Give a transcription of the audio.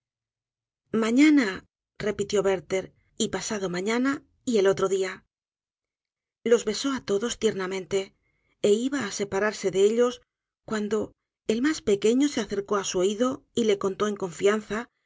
mañana repitió werther y pasado mañana y el otro día los besóá todos tiernamente é iba á separarse de ellos cuando el mas pequeño se acercó á su oído y le contó en confianza